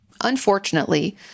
Unfortunately